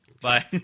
Bye